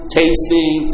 tasting